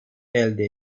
elde